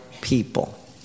people